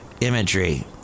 imagery